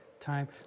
time